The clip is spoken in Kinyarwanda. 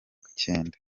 cyenda